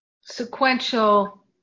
sequential